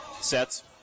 sets